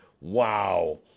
Wow